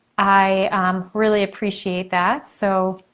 i really appreciate that. so